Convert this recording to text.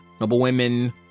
noblewomen